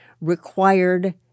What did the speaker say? required